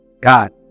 God